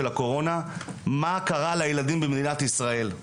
בקורונה מה קרה לילדים במדינת ישראל,